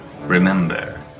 remember